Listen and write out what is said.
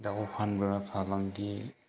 दाउ फानग्रा फालांगि